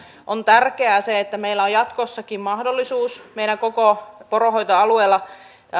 on tärkeää se että meillä on jatkossakin mahdollisuus meidän koko poronhoitoalueella